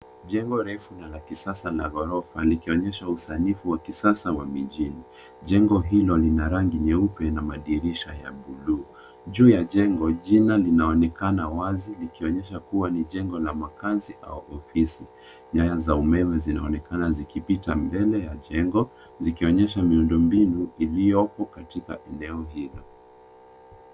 Jengo refu na la kisasa ya ghorofa likonyesha usanifu wa kisasa wa mijini, jengo hilo lina rangi nyeupe na madirisha ya buluu. Juu ya jengo jina linaonekana wazi likionyesha kuwa ni jengo la makazi au ofisi. Nyaya za umeme zinaonekana ziki pita mbele ya jengo zikionyesha miundo mbinu iliyopo katika eneo lilo.